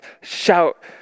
shout